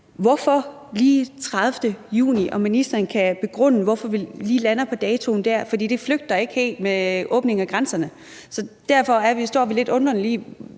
Hvorfor lige den 30. juni? Kan ministeren begrunde, hvorfor vi lige lander på den dato? For det flugter ikke helt med åbningen af grænserne. Så derfor står vi lidt undrende